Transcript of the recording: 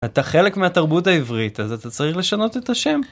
אתה חלק מהתרבות העברית, אז אתה צריך לשנות את השם.